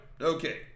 Okay